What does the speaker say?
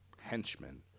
henchmen